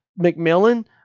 McMillan